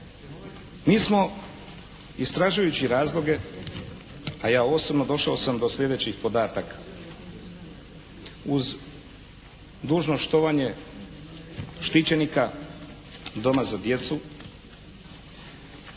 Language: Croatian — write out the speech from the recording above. Mi smo istražujući razloge, a ja osobno došao sam do sljedećih podataka. Uz dužno štovanje štićenika doma za djecu